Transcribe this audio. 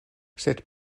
sed